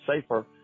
safer